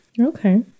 Okay